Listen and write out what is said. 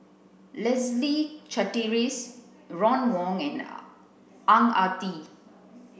Leslie Charteris Ron Wong and Ang Ah Tee